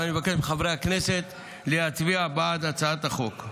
ואני מבקש מחברי הכנסת להצביע בעד הצעת החוק.